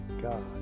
God